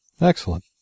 Excellent